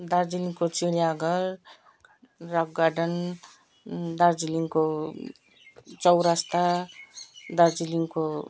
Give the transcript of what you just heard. दार्जिलिङको चिडियाघर rock garden दार्जिलिङको चौरास्ता दार्जिलिङको